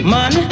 Man